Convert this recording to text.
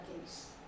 case